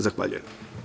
Zahvaljujem.